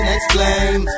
Explain